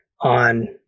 on